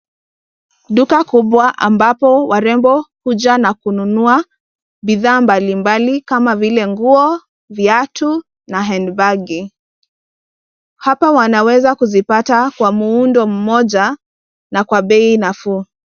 Duka kubwa ambapo warembo huja na kununua bidhaa mbalimbali kama vile nguo, viatu na handbag . Hapa wanaweza kuzipata kwa muundo mmoja na kwa bei nafuu.